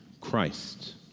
Christ